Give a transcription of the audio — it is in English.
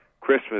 Christmas